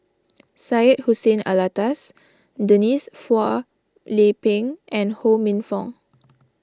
Syed Hussein Alatas Denise Phua Lay Peng and Ho Minfong